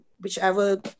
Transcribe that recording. whichever